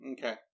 Okay